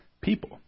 people